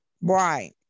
right